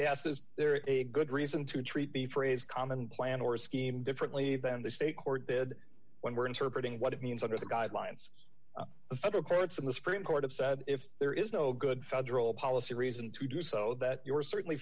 is there a good reason to treat the phrase common plan or scheme differently than the state court did when we are interpreting what it means under the guidelines of federal courts and the supreme court of said if there is no good federal policy reason to do so that you are certainly